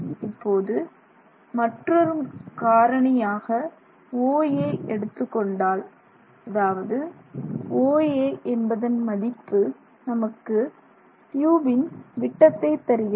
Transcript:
இப்போது மற்றுமொரு காரணியாக OA எடுத்துக்கொண்டால் அதாவது OA என்பதன் மதிப்பு நமக்கு ட்யூபின் விட்டத்தை தருகிறது